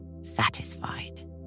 Satisfied